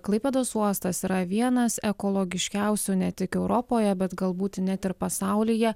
klaipėdos uostas yra vienas ekologiškiausių ne tik europoje bet galbūt net ir pasaulyje